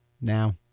Now